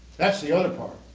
that's the other part.